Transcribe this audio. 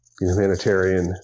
humanitarian